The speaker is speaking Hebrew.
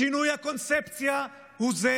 שינוי הקונספציה הוא זה